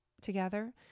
together